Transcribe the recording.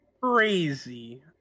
crazy